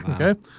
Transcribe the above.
Okay